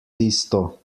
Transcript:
tisto